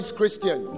Christian